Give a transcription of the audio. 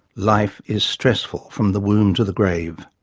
life is stressful, from the womb to the grave.